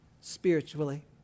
spiritually